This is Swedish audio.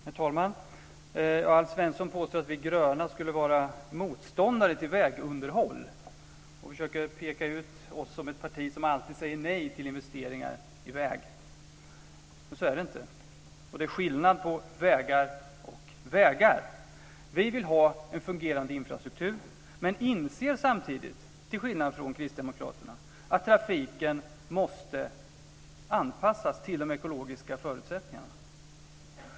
Herr talman! Alf Svensson påstår att vi gröna skulle vara motståndare till vägunderhåll och försöker peka ut Miljöpartiet som ett parti som alltid säger nej till investeringar i vägar. Men så är det inte. Det är skillnad på vägar och vägar. Vi vill ha en fungerande infrastruktur men inser samtidigt, till skillnad från kristdemokraterna, att trafiken måste anpassas till de ekologiska förutsättningarna.